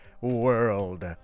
world